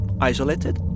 isolated